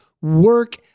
work